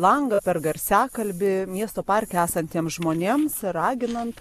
langą per garsiakalbį miesto parke esantiems žmonėms raginant